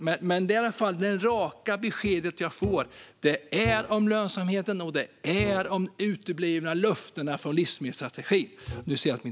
Men de raka besked som jag får handlar om lönsamheten och om de uteblivna löftena från livsmedelsstrategin.